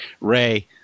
Ray